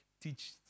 teach